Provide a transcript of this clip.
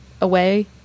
away